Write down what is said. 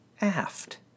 aft